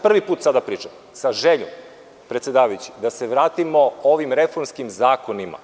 Prvi put sada to pričam, sa željom, predsedavajući, da se vratimo ovim reformskim zakonima.